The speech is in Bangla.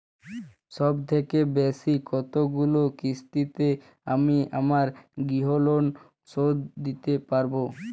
সবথেকে বেশী কতগুলো কিস্তিতে আমি আমার গৃহলোন শোধ দিতে পারব?